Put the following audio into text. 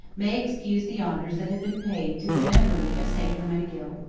may excuse the honors that have been paid to the memory of st. hermenegild.